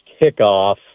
kickoff